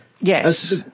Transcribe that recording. Yes